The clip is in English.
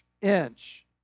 inch